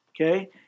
Okay